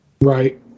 Right